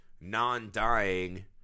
non-dying